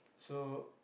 so